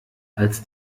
als